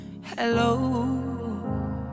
Hello